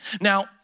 Now